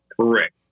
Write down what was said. Correct